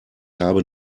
habe